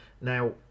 Now